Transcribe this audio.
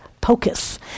pocus